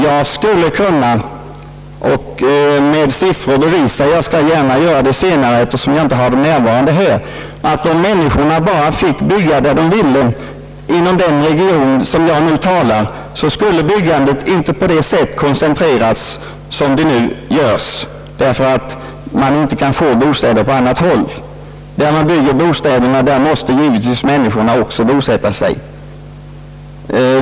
Jag skulle kunna med siffror bevisa — jag skall gärna göra det senare eftersom jag inte har dem här — att om människorna bara fick bygga där de ville inom den region jag nu talar om, skulle byggandet inte koncentreras på det sätt som nu sker därför att man inte kan få bostäder på annat håll. Där man bygger bostäderna måste givetvis också människorna bosätta sig.